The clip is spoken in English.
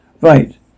Right